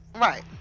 right